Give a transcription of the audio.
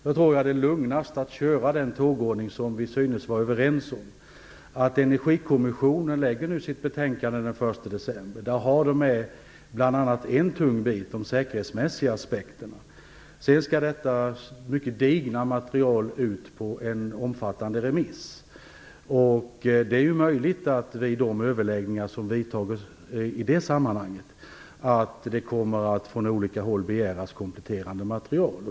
Jag tror att det är lugnast med den tågordning som vi synes vara överens om, att Energikommissionen lägger fram sitt betänkande den 1 december. Där har den med bl.a. en tung del om de säkerhetsmässiga aspekterna. Sedan skall detta mycket digra material ut på en omfattande remiss. Det är möjligt att det vid de överläggningar som förs i det sammanhanget från olika håll kommer att begäras kompletterande material.